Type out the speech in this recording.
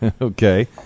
Okay